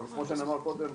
או כמו שנאמר קודם